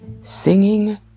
singing